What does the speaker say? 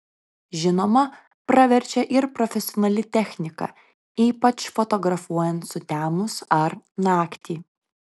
žinoma praverčia ir profesionali technika ypač fotografuojant sutemus ar naktį